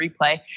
replay